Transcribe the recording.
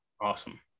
Awesome